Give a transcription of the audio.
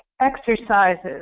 Exercises